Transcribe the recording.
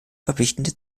verpflichtende